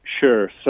Sure